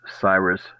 Cyrus